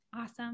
Awesome